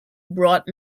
bought